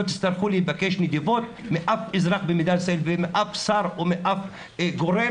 תצטרכו לבקש נדבות מאף אזרח או מאף שר או מאף גורם